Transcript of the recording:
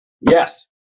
Yes